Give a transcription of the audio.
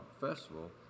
Festival